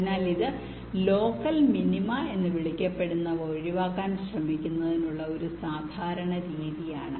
അതിനാൽ ഇത് local minima എന്ന് വിളിക്കപ്പെടുന്നവ ഒഴിവാക്കാൻ ശ്രമിക്കുന്നതിനുള്ള ഒരു സാധാരണ രീതിയാണ്